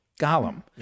Gollum